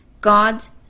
God's